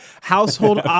household